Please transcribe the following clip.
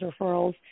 referrals